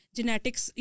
Genetics